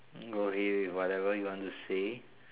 go ahead whatever you want to say